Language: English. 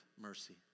mercy